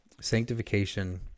Sanctification